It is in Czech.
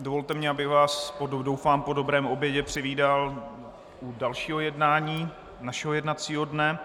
Dovolte mi, abych vás, doufám po dobrém obědě, přivítal u dalšího jednání našeho jednacího dne.